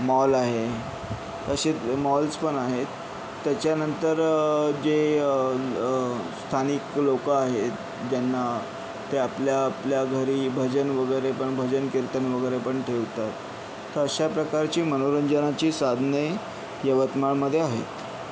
mall आहे असे द् मॉल्स पण आहेत त्याच्यानंतर जे स्थानिक लोकं आहेत ज्यांना ते आपल्या आपल्या घरी भजन वगैरे पण भजन कीर्तन वगैरे पण ठेवतात तर अशा प्रकारची मनोरंजनाची साधने यवतमाळमध्ये आहेत